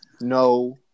no